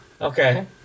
Okay